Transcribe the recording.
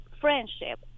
friendship